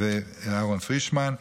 ואהרן פרישמן.